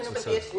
בבקשה.